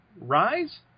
Rise